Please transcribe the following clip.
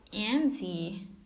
empty